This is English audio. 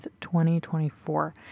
2024